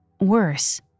Worse